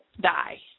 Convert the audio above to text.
die